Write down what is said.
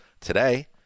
today